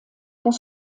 das